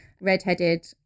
redheaded